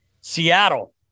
Seattle